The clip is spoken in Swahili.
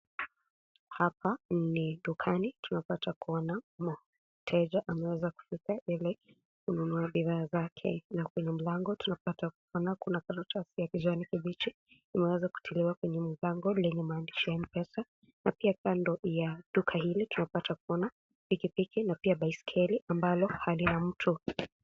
Hapa ni dukani tunapata kuona mteja ameweza kusimama mbele kununua bidhaa zake na kwenye mlango tunapata kuona kuna karatasi ya kijani imeweza kutiliwa kwenye mlango lenye maandhishi Mpesa na pia kando la duka hili tunapata kuona pikipiki na pia baisikeli ambalo halina mtu.